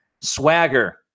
swagger